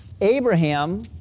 Abraham